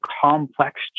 complex